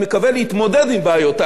כדי שלא יבוא לפה פעם חמישית,